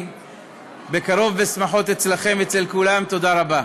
תבקש למחוק את זה מהפרוטוקול.